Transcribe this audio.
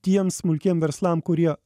tiem smulkiem verslam kurie